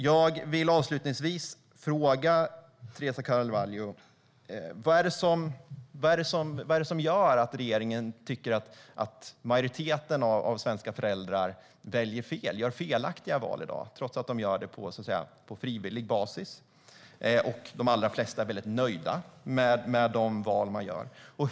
Jag vill avslutningsvis fråga Teresa Carvalho: Vad är det som gör att regeringen tycker att majoriteten av svenska föräldrar gör felaktiga val i dag, trots att de gör valen på frivillig basis och trots att de allra flesta är väldigt nöjda med de val de gör?